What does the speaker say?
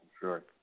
Sure